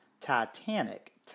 Titanic